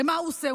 הרי מה הוא עושה?